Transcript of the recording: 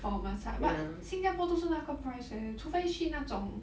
for massage but 新加坡都是那个 price eh 除非去那种